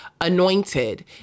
anointed